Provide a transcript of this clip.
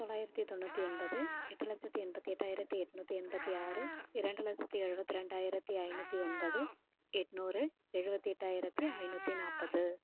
தொள்ளாயிரத்தி தொண்ணூற்றி ஒன்பது எட்டு லச்சத்தி எண்பத்தி எட்டாயிரத்தி எட்நூற்று எண்பத்தி ஆறு இரண்டு லட்சத்தி எழுபத்தி ரெண்டாயிரத்தி ஐநூற்றி ஒன்பது எண்நூறு எழுபத்தி எட்டாயிரத்தி ஐநூற்றி நாற்பது